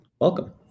welcome